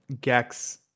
Gex